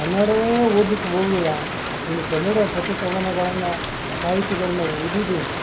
ಕನ್ನಡವೇ ಓದ್ಲಿಕ್ಕೆ ಬರುವುದಿಲ್ಲ ಇನ್ನು ಕನ್ನಡ ಕತೆ ಕವನಗಳನ್ನು ಸಾಹಿತ್ಯಗಳನ್ನು ಓದುವುದೇನು